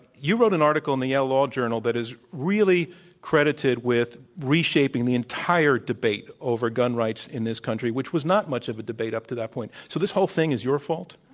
you wrote wrote an article in the yale law journal that is really credited with reshaping the entire debate over gun rights in this country, which was not much of a debate up to that point. so this whole thing is your fault?